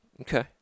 Okay